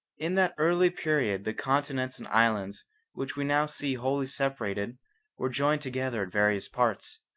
in that early period the continents and islands which we now see wholly separated were joined together at various points.